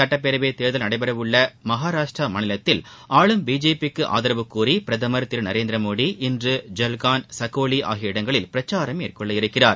சுட்டப்பேரவை தேர்தல் நடைபெறவுள்ள மகாராஷ்ட்ராவில் ஆளும் பிஜேபிக்கு ஆதரவு கோரி பிரதமர் திரு நரேந்திரமோடி இன்று ஜல்கான் சகோலி ஆகிய இடங்களில் பிரச்சாரம் மேற்கொள்ளவிருக்கிறார்